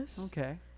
Okay